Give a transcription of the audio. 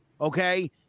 Okay